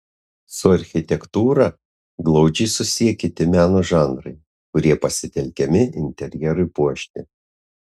su architektūra glaudžiai susiję kiti meno žanrai kurie pasitelkiami interjerui puošti